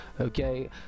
okay